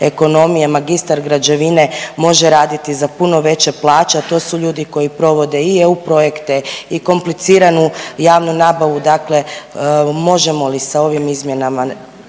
ekonomije, magistar građevine može raditi za puno veće plaće, a to su ljudi koji provode i EU projekte i kompliciranu javnu nabavu, dakle možemo li sa ovim izmjenama